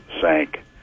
sank